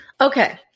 Okay